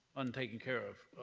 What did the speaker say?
untaken care of.